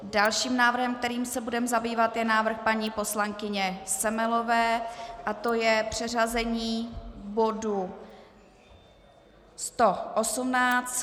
Dalším návrhem, kterým se budeme zabývat, je návrh paní poslankyně Semelové a to je přeřazení bodu 118.